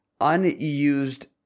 unused